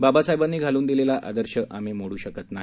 बाबासाहेबांनी घालून दिलेला आदर्श आम्ही मोडू शकत नाही